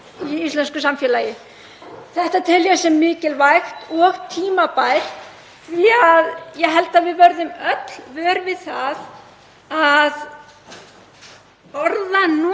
íslensku samfélagi. Ég tel þetta mikilvægt og tímabært því að ég held að við verðum öll vör við það að orðanotkun